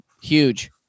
huge